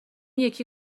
یکی